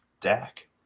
Dak